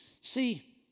See